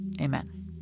Amen